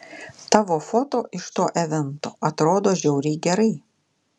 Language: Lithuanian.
tavo foto iš to evento atrodo žiauriai gerai